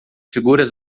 figuras